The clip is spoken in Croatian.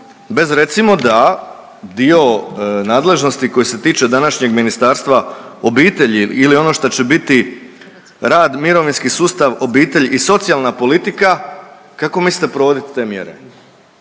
bez recimo da dio nadležnosti koji se tiče današnjeg Ministarstva obitelji ili ono šta će biti rad, mirovinski sustav, obitelj i socijalna politika kako mislite provodit te mjere?